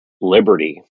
liberty